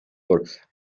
por